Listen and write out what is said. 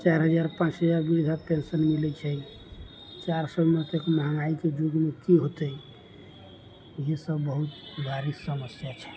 चारि हजार पाँच हजार वृद्धा पेंशन मिलै छै चारि सएमे एतेक महँगाइके जुगमे की होतै यही सब बहुत भारी समस्या छै